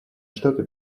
штаты